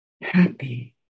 happy